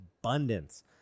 abundance